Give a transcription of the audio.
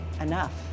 enough